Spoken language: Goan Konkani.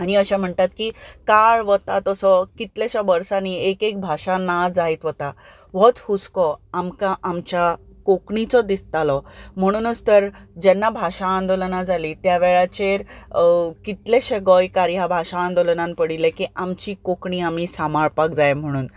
आनी अशें म्हणटात की काळ वता तसो कितलेशे वर्सांनी एक एक भाशा ना जायत वता होच हुस्को आमकां आमच्या कोंकणीचो दिसतालो म्हणुनूच तर जेन्ना भाशां आंदोलनां जालीं त्या वेळाचेर कितलेशे गोंयकार ह्या भाशा आंदोलनांत पडिल्ले की आमची कोंकणी आमी सांबाळपाक जाय म्हणून